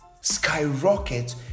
skyrocket